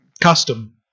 custom